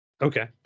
okay